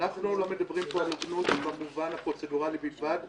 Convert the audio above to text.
ואנחנו לא מדברים פה על הוגנות במובן הפרוצדורלי בלבד,